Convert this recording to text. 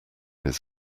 his